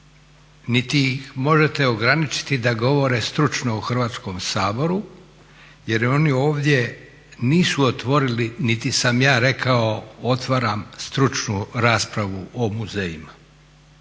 ih možete ograničiti da govore stručno u Hrvatskom saboru jer oni ovdje nisu otvorili niti sam ja rekao otvaram stručnu raspravu o muzejima.